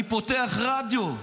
אני פותח רדיו,